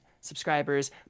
subscribers